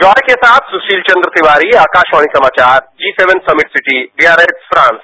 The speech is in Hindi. ब्यौरे के साथ सुशील चंद्र तिवारी आकाशवाणी समाचार G seven summit city AIR France